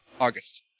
August